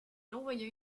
envoya